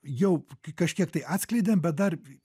jau kažkiek tai atskleidėm bet dar